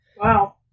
Wow